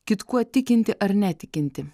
kitkuo tikintį ar netikintį